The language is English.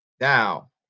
Now